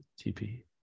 TP